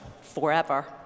forever